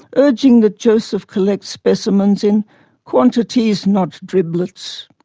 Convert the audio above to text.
urging that joseph collect specimens in quantities, not driblets'.